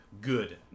good